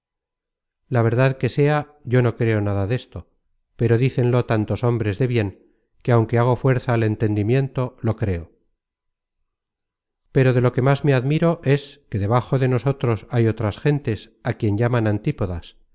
la verdad que sea yo no creo nada desto pero dicenlo tantos hombres de bien que aunque hago fuerza al entendimiento lo creo pero de lo que más me admiro es que debajo de nosotros hay otras gentes a quien llaman antípodas